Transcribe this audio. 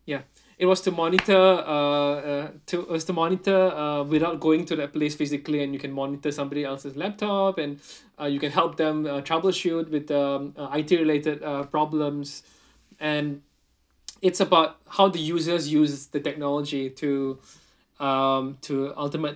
ya it was to monitor uh uh to it was to monitor uh without going to that place physically and you can monitor somebody else's laptop and uh you can help them uh troubleshoot with the uh I_T related uh problems and it's about how the users use the technology to um to ultimate